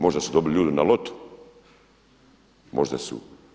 Možda su dobili ljudi na lotu, možda su.